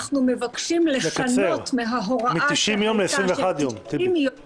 אנחנו מבקשים לשנות מההוראה שקבעה 90 יום